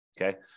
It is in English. okay